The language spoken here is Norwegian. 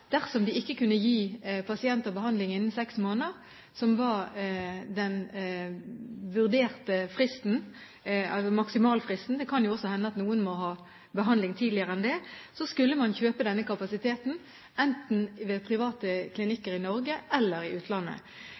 dersom de ikke kunne gi pasienter behandling innen seks måneder, som var den vurderte maksimalfristen – det kan hende at noen må ha behandling tidligere enn det – skulle man kjøpe denne kapasiteten enten ved private klinikker i Norge eller i utlandet.